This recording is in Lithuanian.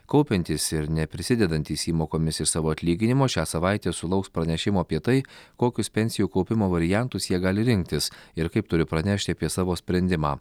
kaupiantys ir neprisidedantys įmokomis iš savo atlyginimo šią savaitę sulauks pranešimo apie tai kokius pensijų kaupimo variantus jie gali rinktis ir kaip turi pranešti apie savo sprendimą